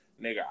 nigga